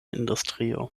industrio